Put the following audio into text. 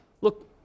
Look